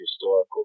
historical